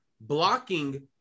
blocking